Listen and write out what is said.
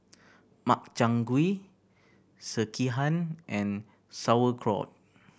Makchang Gui Sekihan and Sauerkraut